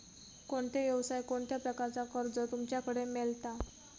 कोणत्या यवसाय कोणत्या प्रकारचा कर्ज तुमच्याकडे मेलता?